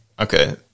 Okay